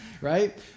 right